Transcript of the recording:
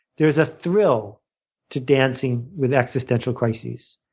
there's a thrill to dancing with existential crises.